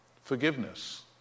forgiveness